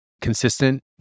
Consistent